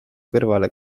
kõrvale